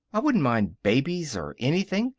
i wouldn't mind babies or anything.